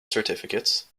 certificates